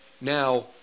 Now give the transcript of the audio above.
Now